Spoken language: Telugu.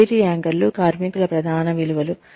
కెరీర్ యాంకర్లు కార్మికుల ప్రధాన విలువలు